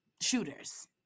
shooters